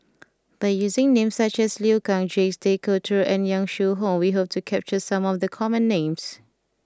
by using names such as Liu Kang Jacques De Coutre and Yong Shu Hoong we hope to capture some of the common names